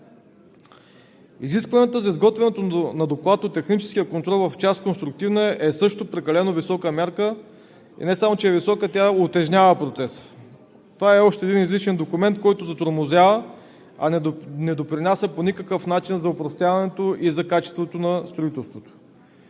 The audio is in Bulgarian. Изискванията за изготвянето на доклад от техническия контрол в част „Конструктивна“ е също прекалено висока мярка и не само че е висока, тя утежнява процеса. Това е още един излишен документ, който затормозява, а не допринася по никакъв начин за опростяването и за качеството на строителството.